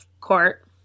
court